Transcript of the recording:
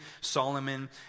Solomon